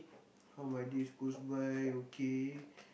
how my days goes by okay